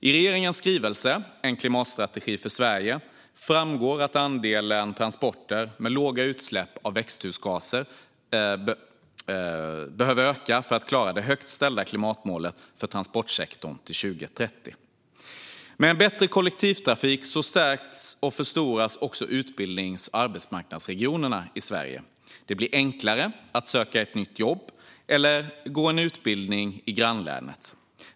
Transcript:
I regeringens skrivelse En klimatstrategi för Sverige framgår att andelen transporter med låga utsläpp av växthusgaser behöver öka för att vi ska klara det högt ställda klimatmålet för transportsektorn till 2030. Med en bättre kollektivtrafik stärks och förstoras också utbildnings och arbetsmarknadsregionerna i Sverige. Det blir enklare att söka ett nytt jobb eller gå en utbildning i grannlänet.